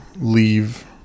leave